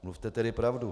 Mluvte tedy pravdu.